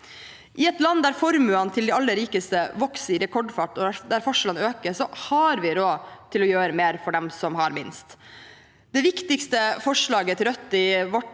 I et land der formuene til de aller rikeste vokser i rekordfart og forskjellene øker, har vi råd til å gjøre mer for dem som har minst. Det viktigste forslaget i Rødts